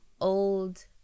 old